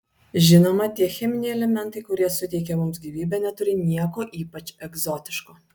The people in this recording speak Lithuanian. žinoma tie cheminiai elementai kurie suteikia mums gyvybę neturi nieko ypač egzotiško